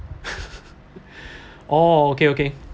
oh okay okay